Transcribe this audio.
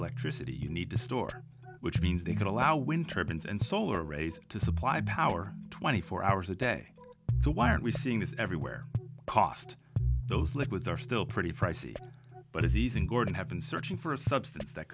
electricity you need to store which means they can allow winter bins and solar arrays to supply power twenty four hours a day so why aren't we seeing this everywhere cost those liquids are still pretty pricey but as easing gordon have been searching for a substance that